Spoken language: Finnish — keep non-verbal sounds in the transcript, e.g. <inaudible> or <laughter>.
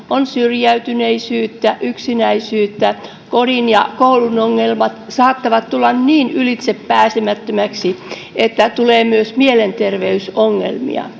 on syrjäytyneisyyttä ja yksinäisyyttä ja kodin ja koulun ongelmat saattavat tulla niin ylitsepääsemättömiksi että tulee myös mielenterveysongelmia <unintelligible>